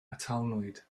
atalnwyd